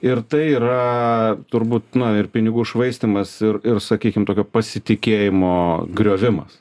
ir tai yra turbūt na ir pinigų švaistymas ir ir sakykim tokio pasitikėjimo griovimas